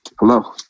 Hello